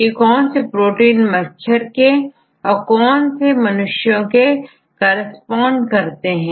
और कौन से प्रोटीन मच्छर के और कौन से मनुष्यों के करेस्पॉन्ड करते हैं